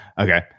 Okay